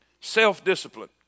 Self-discipline